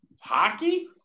hockey